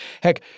Heck